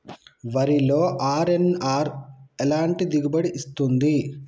వరిలో అర్.ఎన్.ఆర్ ఎలాంటి దిగుబడి ఇస్తుంది?